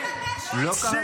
הוא לא אמר לכם.